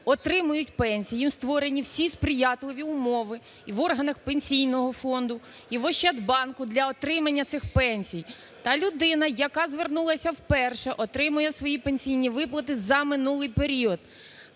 отримують пенсії. Їм створені всі сприятливі умови в органах Пенсійного фонду, і в Ощадбанку для отримання цих пенсій. Та людина, яка звернулася вперше, отримує свої пенсійні виплати за минулий період.